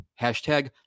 hashtag